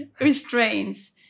restraints